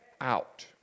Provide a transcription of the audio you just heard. out